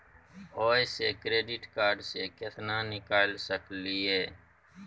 ओयसे credit card से केतना निकाल सकलियै?